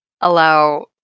allow